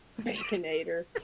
Baconator